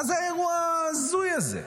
מה זה האירוע ההזוי הזה?